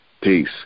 Peace